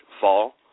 fall